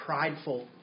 prideful